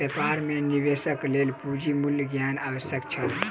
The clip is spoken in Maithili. व्यापार मे निवेशक लेल पूंजीक मूल्य ज्ञान आवश्यक छल